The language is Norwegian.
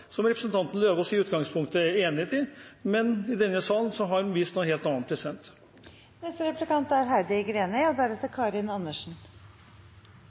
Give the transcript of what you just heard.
noe representanten Lauvås i utgangspunktet er enig i, men i denne salen har han vist noe helt annet. Jeg regner med at vi er